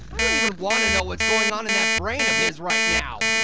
i don't even wanna know what's going on in that brain of his right now.